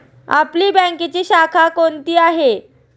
आपली बँकेची शाखा कोणती आहे